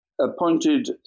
appointed